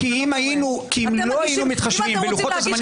כי אם לא היינו מתחשבים בלוחות הזמנים --- אתם מגישים.